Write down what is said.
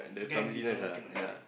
guardi~ uh cannot like that